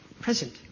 present